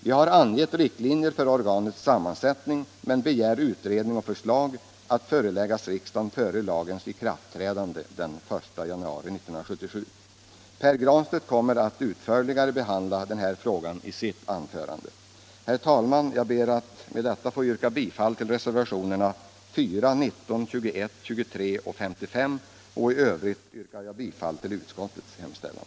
Vi har angett riktlinjer för organets sammansättning men begär utredning och förslag att föreläggas riksdagen före lagens ikraftträdande den I januari 1977. Per Granstedt kommer att utförligare behandla denna fråga i sitt anförande. Herr talman! Jag ber med detta att få yrka bifall till reservationerna 4, 19, 21, 23 och 55. I övrigt yrkar jag bifall till utskottets hemställan.